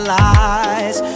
lies